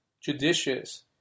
judicious